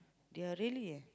they are really eh